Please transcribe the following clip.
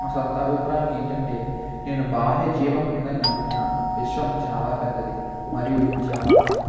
నా సొంత అభిప్రాయం ఏంటంటే నేను బాహ్య జీవం ఉందని నమ్ముతున్నాను విశ్వం చాలా పెద్దది మరియు చాలా పాతది